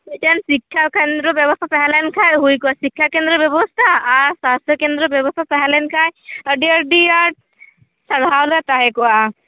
ᱢᱤᱫᱴᱟᱱ ᱥᱤᱠᱠᱷᱟ ᱠᱮᱱᱫᱨᱚ ᱵᱮᱵᱚᱥᱛᱟ ᱛᱟᱦᱮᱞᱮᱱ ᱠᱷᱟᱱ ᱦᱩᱭ ᱠᱚᱜᱼᱟ ᱥᱤᱠᱷᱟ ᱠᱮᱱᱫᱨᱚ ᱵᱮᱵᱚᱥᱛᱟ ᱟᱨ ᱥᱟᱥᱛᱚ ᱠᱮᱱᱫᱨᱚ ᱵᱮᱵᱚᱥᱛᱟ ᱛᱟᱦᱮᱸ ᱞᱮᱱ ᱠᱷᱟᱡ ᱟᱹᱰᱤ ᱟᱹᱰᱤ ᱟᱴ ᱥᱟᱨᱦᱟᱣᱞᱮ ᱛᱟᱦᱮᱠᱚᱜᱼᱟ